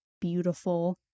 beautiful